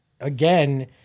again